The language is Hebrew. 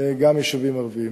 גם יישובים ערביים.